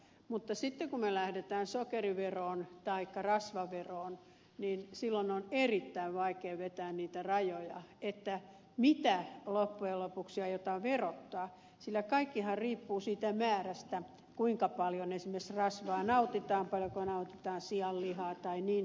mutta sitten kun me lähdemme sokeriveroon taikka rasvaveroon on erittäin vaikea vetää niitä rajoja mitä loppujen lopuksi aiotaan verottaa sillä kaikkihan riippuu siitä määrästä kuinka paljon esimerkiksi rasvaa nautitaan paljonko nautitaan sianlihaa ja niin edelleen